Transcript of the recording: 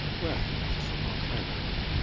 well, that is a long time ago.